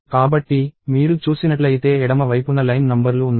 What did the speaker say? కాబట్టి మీరు చూసినట్లయితే ఎడమ వైపున లైన్ నంబర్లు ఉన్నాయి